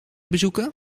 bezoeken